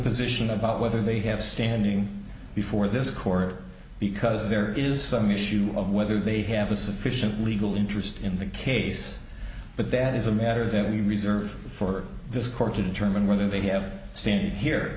position about whether they have standing before this court because there is an issue of whether they have a sufficient legal interest in the case but that is a matter that the reserve for this court to determine whether they have s